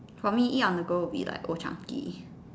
for me ya my go will be old Changi